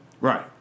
Right